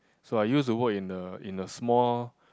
so I use to work in the in the small